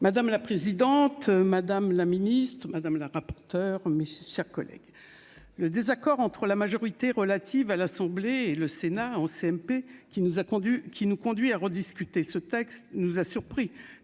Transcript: Madame la présidente, madame la ministre, madame la rapporteure, mes chers collègues, le désaccord entre la majorité relative à l'Assemblée et le Sénat en CMP, qui nous a conduits qui nous conduit à rediscuter ce texte nous a surpris,